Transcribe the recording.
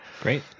Great